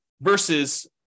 versus –